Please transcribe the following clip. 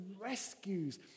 rescues